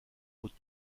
haute